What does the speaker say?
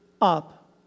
up